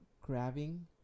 grabbing